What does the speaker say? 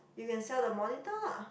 you can sell the monitor lah